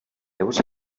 was